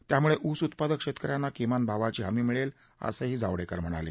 यामुळे ऊस उत्पादक शेतकऱ्यांना किमान भावाची हमी मिळेल असंही जावडेकर म्हणाले